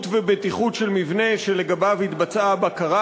ובטיחות של מבנה שלגביו התבצעה הבקרה.